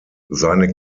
seine